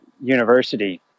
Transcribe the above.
university